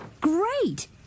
Great